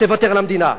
תוותר על המדינה.